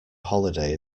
holiday